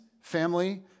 family